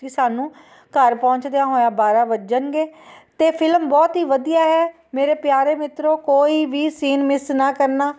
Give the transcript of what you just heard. ਕਿ ਸਾਨੂੰ ਘਰ ਪਹੁੰਚਦਿਆਂ ਹੋਇਆਂ ਬਾਰ੍ਹਾਂ ਵੱਜਣਗੇ ਅਤੇ ਫਿਲਮ ਬਹੁਤ ਹੀ ਵਧੀਆ ਹੈ ਮੇਰੇ ਪਿਆਰੇ ਮਿੱਤਰੋ ਕੋਈ ਵੀ ਸੀਨ ਮਿਸ ਨਾ ਕਰਨਾ